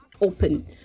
open